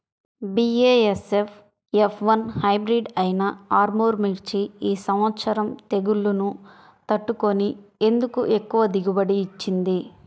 BASF F one hybrid అయినా ఆర్ముర్ మిర్చి ఈ సంవత్సరం తెగుళ్లును తట్టుకొని ఎందుకు ఎక్కువ దిగుబడి ఇచ్చింది?